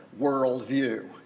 worldview